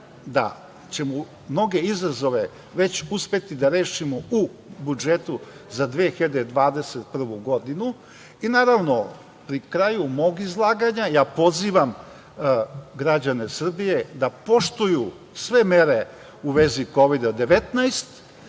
da ćemo mnoge izazove već uspeti da rešimo u budžetu za 2021. godinu. Pri kraju mog izlaganja pozivam građane Srbije da poštuju sve mere u vezi Kovida 19